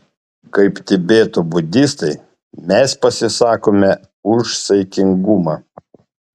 kaip tibeto budistai mes pasisakome už saikingumą